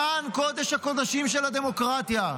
כאן קודש-הקודשים של הדמוקרטיה.